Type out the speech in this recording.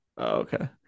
Okay